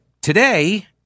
today